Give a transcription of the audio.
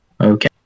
Okay